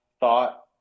thought